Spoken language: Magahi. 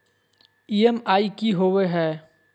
ई.एम.आई की होवे है?